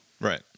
Right